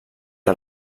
que